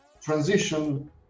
transition